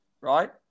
right